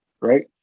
right